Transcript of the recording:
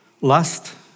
Lust